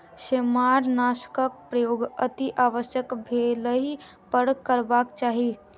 सेमारनाशकक प्रयोग अतिआवश्यक भेलहि पर करबाक चाही